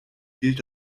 gilt